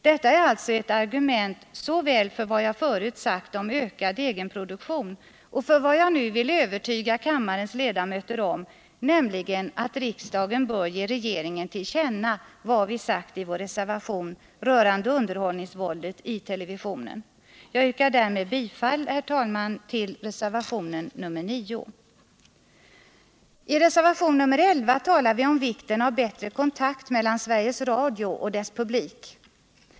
Detta är ett argument såväl för vad jag förut sagt om ökad egenproduktion som för vad jag nu vill övertyga kammarens ledamöter om, nämligen att riksdagen bör ge regeringen till känna vad vi sagt i vår reservation rörande underhållningsvåldet i televisionen. Jag yrkar därmed bifall, herr talman, till reservationen 9. I reservation nr 11 talar vi om vikten av bättre kontakt mellan Sveriges Radio och dess publik.